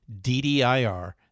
DDIR